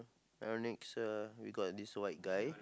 ironic sia we got this white guy